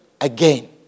again